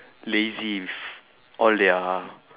lazy with all their